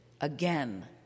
again